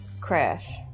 Crash